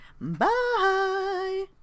bye